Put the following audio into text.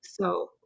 So-